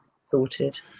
sorted